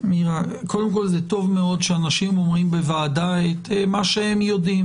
טוב מאוד שאנשים אומרים בוועדה את מה שהם יודעים.